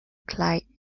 clyde